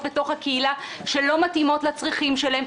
בתוך הקהילה שלא מתאימות לצרכים שלהם,